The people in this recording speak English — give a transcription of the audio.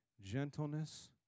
gentleness